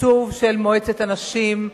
בתקצוב של מועצת הנשים,